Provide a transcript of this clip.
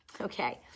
Okay